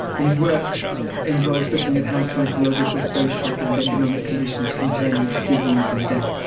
his work involves looking at how psychological, social and economic conditions can turn into disease and death.